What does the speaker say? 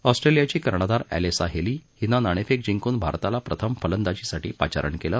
ऑस्ट्रेलियाची कर्णधार Alyssa Healy हिनं नाणेफेक जिंकून भारताला प्रथम फलंदाजीसाठी पाचारण केलं